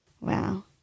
Wow